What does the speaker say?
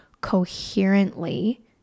coherently